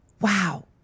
Wow